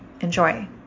enjoy